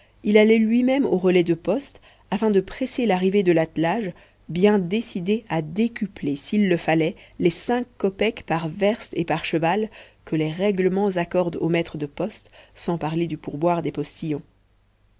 il allait lui-même au relais de poste afin de presser l'arrivée de l'attelage bien décidé à décupler s'il le fallait les cinq kopeks par verste et par cheval que les règlements accordent aux maîtres de poste sans parler du pourboire des postillons